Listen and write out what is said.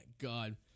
god